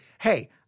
Hey